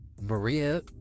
Maria